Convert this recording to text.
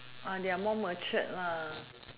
they are more matured lah